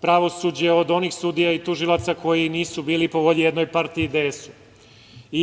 pravosuđe od onih sudija i tužilaca koji nisu bili po volji jednoj partiji DS-u.